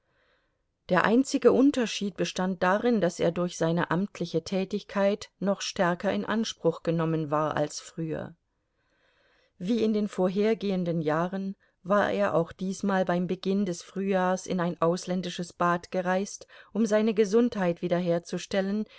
der einzige unterschied bestand darin daß er durch seine amtliche tätigkeit noch stärker in anspruch genommen war als früher wie in den vorhergehenden jahren war er auch diesmal beim beginn des frühjahrs in ein ausländisches bad gereist um seine gesundheit wiederherzustellen